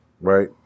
right